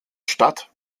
stadt